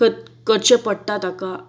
करचें पडटा ताका